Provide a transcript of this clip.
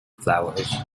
flowers